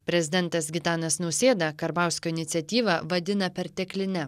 prezidentas gitanas nausėda karbauskio iniciatyvą vadina pertekline